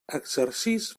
exercix